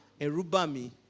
Erubami